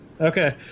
Okay